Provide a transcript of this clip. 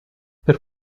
per